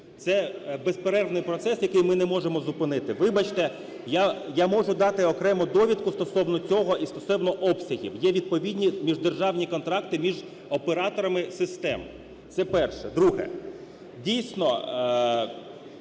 Це безперервний процес, який ми не можемо зупинити. Вибачте, я можу дати окрему довідку стосовно цього і стосовно обсягів. Є відповідні міждержавні контракти між операторами систем. Це перше. Друге. Дійсно,